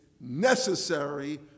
necessary